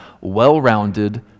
well-rounded